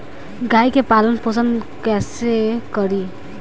गाय के पालन पोषण पोषण कैसे करी?